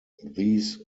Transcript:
these